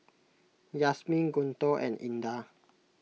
Yasmin Guntur and Indah